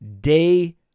day